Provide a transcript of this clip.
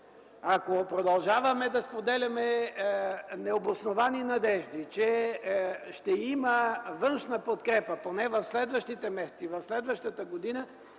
ако продължаваме да споделяме необосновани надежди, че ще има външна подкрепа, поне в следващите месеци, в следващата година,